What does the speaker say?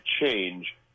change